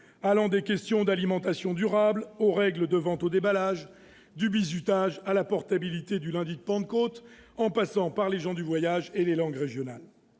allant des questions d'alimentation durable aux règles de vente au déballage, du bizutage à la portabilité du lundi de Pentecôte, en passant par les gens du voyage et les langues régionales